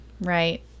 right